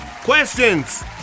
Questions